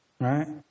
right